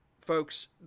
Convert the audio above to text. folks